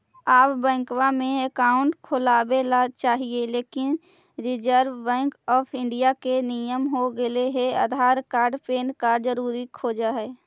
आब बैंकवा मे अकाउंट खोलावे ल चाहिए लेकिन रिजर्व बैंक ऑफ़र इंडिया के नियम हो गेले हे आधार कार्ड पैन कार्ड जरूरी खोज है?